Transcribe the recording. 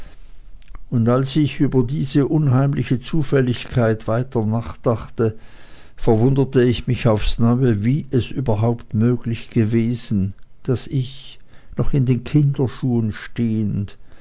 und als ich über diese unheimliche zufälligkeit weiter nachdachte verwunderte ich mich aufs neue wie es über haupt möglich gewesen sei daß ich noch in den kinderschuhen stehend